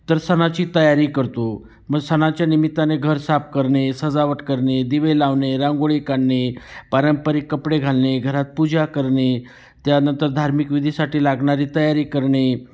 तर सणाची तयारी करतो मग सणाच्या निमित्ताने घर साफ करणे सजावट करणे दिवे लावणे रांगोळी काढणे पारंपरिक कपडे घालणे घरात पूजा करणे त्यानंतर धार्मिक विधीसाठी लागणारी तयारी करणे